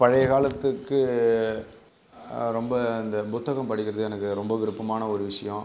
பழையகாலத்துக்கு ரொம்ப இந்த புத்தகம் படிக்கிறது எனக்கு ரொம்ப விருப்பமான ஒரு விஷயம்